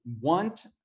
want